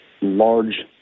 large